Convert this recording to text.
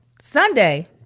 Sunday